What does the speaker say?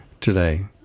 today